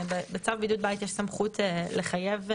בצו בידוד בית יש סמכות לחייב בבידוד,